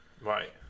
Right